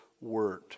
word